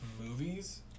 movies